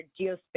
geospatial